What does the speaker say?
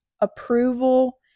approval